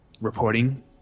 reporting